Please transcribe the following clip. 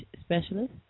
specialist